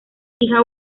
hija